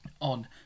on